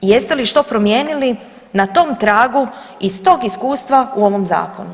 Jeste li što promijenili na tom tragu iz tog iskustva u ovom zakonu?